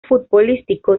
futbolístico